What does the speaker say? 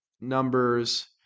numbers